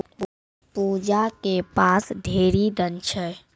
पूजा के पास ढेरी धन छै